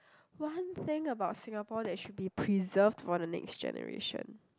one thing about Singapore that should be preserved for the next generation